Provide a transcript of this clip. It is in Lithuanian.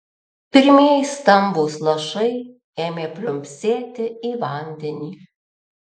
pirmieji stambūs lašai ėmė pliumpsėti į vandenį